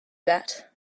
that